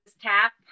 tap